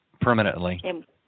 permanently